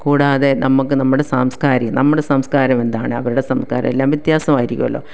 കൂടാതെ നമുക്ക് നമ്മുടെ സാംസ്കാരം നമ്മുടെ സംസ്കാരം എന്താണ് അവരുടെ സംസ്കാരം എല്ലാം വ്യത്യാസമായിരിക്കുമല്ലോ